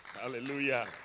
Hallelujah